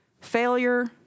failure